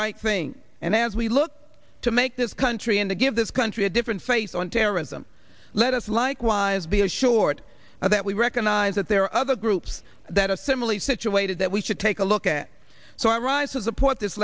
right thing and as we look to make this country and to give this country a different face on terrorism let us likewise be assured of that we recognise that there are other groups that are similarly situated that we should take a look at so i rise to support this